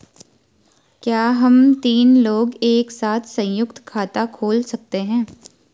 क्या हम तीन लोग एक साथ सयुंक्त खाता खोल सकते हैं?